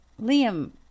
Liam